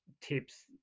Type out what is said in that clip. tips